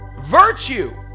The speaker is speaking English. Virtue